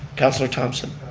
councilor thompson.